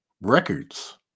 records